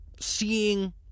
Seeing